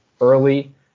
early